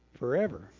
Forever